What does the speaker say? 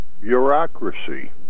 bureaucracy